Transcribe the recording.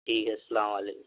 ٹھیک السلام علیکم